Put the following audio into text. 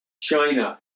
China